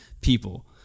people